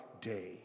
Day